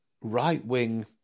right-wing